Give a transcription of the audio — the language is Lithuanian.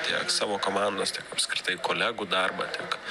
tiek savo komandos tiek apskritai kolegų darbą tiek